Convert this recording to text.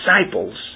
disciples